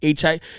HI